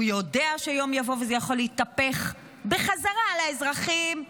הוא יודע שיום יבוא וזה יכול להתהפך בחזרה על האזרחים,